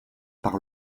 par